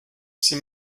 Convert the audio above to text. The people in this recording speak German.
sie